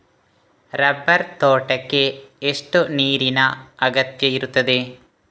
Rubber ತೋಟಕ್ಕೆ ಎಷ್ಟು ನೀರಿನ ಅಗತ್ಯ ಇರುತ್ತದೆ?